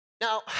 Now